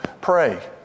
pray